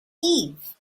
eve